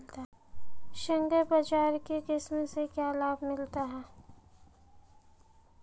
संकर बाजरा की किस्म से क्या लाभ मिलता है?